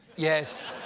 yes,